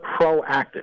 proactive